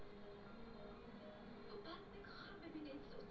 छात्रवृति क पइसा विद्यार्थी के सीधे खाते में आवला